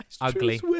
ugly